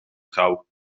trouw